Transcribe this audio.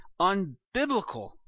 unbiblical